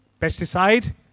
pesticide